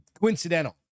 coincidental